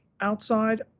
outside